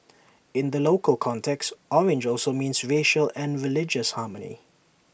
in the local context orange also means racial and religious harmony